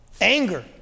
anger